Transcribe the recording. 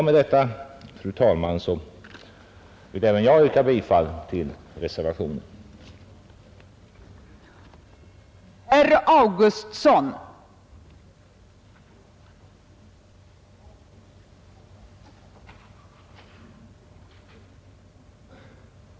Med detta, fru talman, vill även jag yrka bifall till reservationen av herr Hansson i Skegrie m.fl.